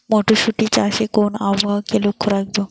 মটরশুটি চাষে কোন আবহাওয়াকে লক্ষ্য রাখবো?